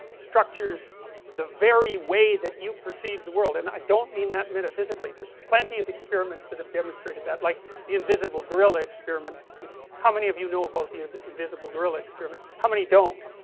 structures the very way that you perceive the world, and i don't mean that metaphysically there is plenty of experiments that have demonstrated that like the invisible gorilla experiment, how many of you know about the ah the invisible gorilla experiment. how many don't?